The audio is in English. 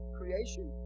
creation